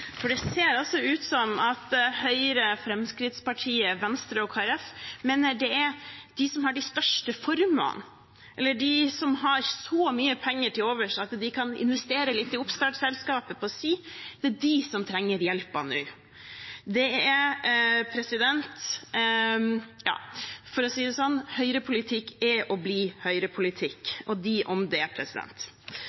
Det ser ut som om Høyre, Fremskrittspartiet, Venstre og Kristelig Folkeparti mener at det er de som har de største formuene, eller de som har så mye penger til overs at de kan investere litt i oppstartselskaper på si, som trenger hjelpen nå. For å si det sånn: Høyrepolitikk er og blir høyrepolitikk